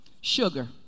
Sugar